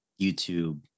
youtube